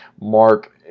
Mark